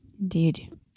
Indeed